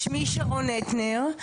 שמי שרון אטנר,